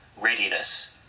readiness